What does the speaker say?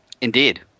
Indeed